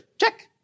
Check